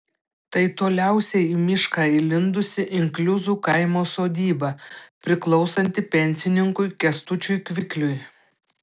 tai toliausiai į mišką įlindusi inkliuzų kaimo sodyba priklausanti pensininkui kęstučiui kvikliui